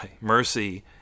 mercy